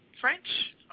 French